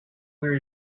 where